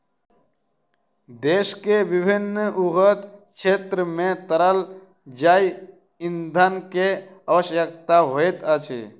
देश के विभिन्न उद्योग क्षेत्र मे तरल जैव ईंधन के आवश्यकता होइत अछि